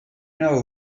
know